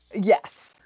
Yes